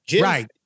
Right